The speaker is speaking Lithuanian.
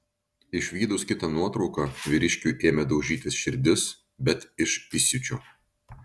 išvydus kitą nuotrauką vyriškiui ėmė daužytis širdis bet iš įsiūčio